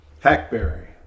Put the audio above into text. Hackberry